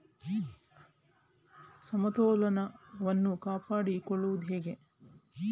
ಸಮತೋಲನವನ್ನು ಕಾಪಾಡಿಕೊಳ್ಳುವುದು ಹೇಗೆ?